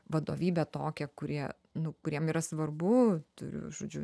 vadovybę tokią kurie nu kuriem yra svarbu tu žodžiu